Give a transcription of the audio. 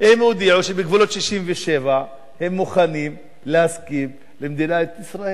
שבגבולות 67' הם מוכנים להסכים למדינת ישראל.